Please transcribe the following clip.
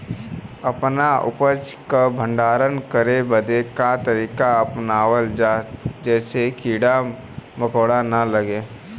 अपना उपज क भंडारन करे बदे का तरीका अपनावल जा जेसे कीड़ा मकोड़ा न लगें?